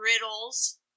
Riddles